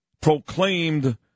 proclaimed